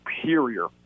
superior